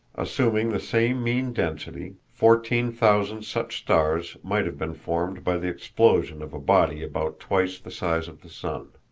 assuming the same mean density, fourteen thousand such stars might have been formed by the explosion of a body about twice the size of the sun.